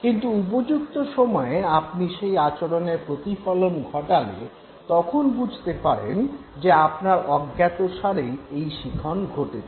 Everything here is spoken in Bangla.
কিন্তু উপযুক্ত সময়ে আপনি সেই আচরণের প্রতিফলন ঘটালে তখন বুঝতে পারেন যে আপনার অজ্ঞাতসারেই এই শিখন ঘটেছে